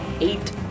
Eight